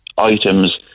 items